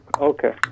Okay